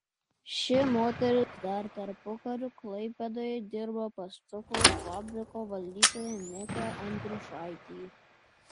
ši moteris dar tarpukariu klaipėdoje dirbo pas cukraus fabriko valdytoją miką andriušaitį